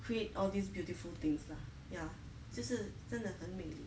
create all these beautiful things lah ya 就是真的很美